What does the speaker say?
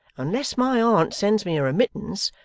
unless my aunt sends me a remittance,